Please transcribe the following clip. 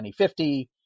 2050